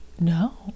No